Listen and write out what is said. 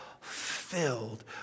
filled